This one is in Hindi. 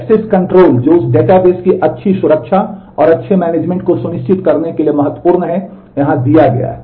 एक्सेस कण्ट्रोल को सुनिश्चित करने के लिए महत्वपूर्ण है यहाँ दिया गया है